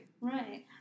Right